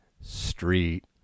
Street